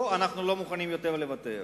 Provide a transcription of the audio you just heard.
פה אנחנו לא מוכנים יותר לוותר.